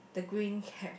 the green cap